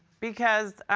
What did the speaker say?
because,